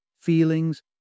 feelings